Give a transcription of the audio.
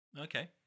Okay